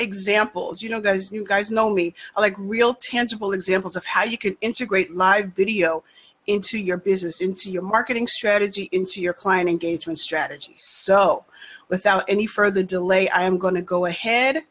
examples you know those new guys know me like real tangible examples of how you can integrate live video into your business into your marketing strategy into your client engagement strategy so without any further delay i am going to go ahead